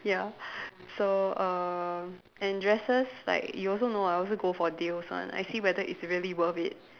ya so err and dresses like you also know I also go for deals one I see whether it's really worth it